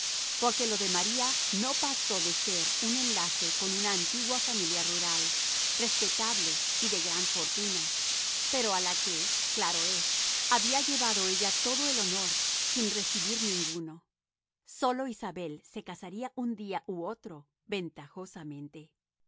porque lo de maría no pasó de ser un enlace con una antigua familia rural respetable y de gran fortuna pero a h que claro es había llevado ella todo el honor sin recibir ninguno sólo isabel se casaría un día u otro ventajosamente